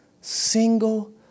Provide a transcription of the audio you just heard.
single